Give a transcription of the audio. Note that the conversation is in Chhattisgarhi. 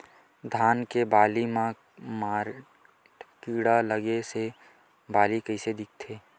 धान के बालि म माईट कीड़ा लगे से बालि कइसे दिखथे?